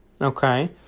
okay